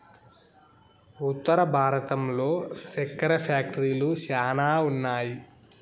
ఉత్తర భారతంలో సెక్కెర ఫ్యాక్టరీలు శ్యానా ఉన్నాయి